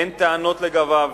אין טענות לגביו